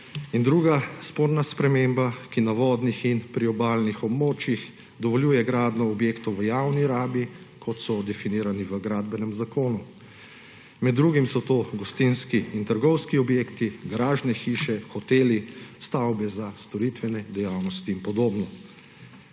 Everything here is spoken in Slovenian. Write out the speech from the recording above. Druga sporna sprememba na vodnih in priobalnih območjih dovoljuje gradnjo objektov v javni rabi, kot so definirani v Gradbenem zakonu. Med drugim so to gostinski in trgovski objekti, garažne hiše, hoteli, stavbe za storitvene dejavnosti in podobno.